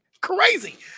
Crazy